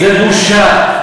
זה בושה.